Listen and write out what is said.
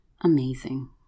Amazing